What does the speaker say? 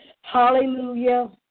Hallelujah